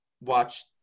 watch